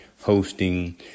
hosting